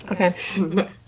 Okay